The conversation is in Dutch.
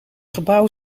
gebouw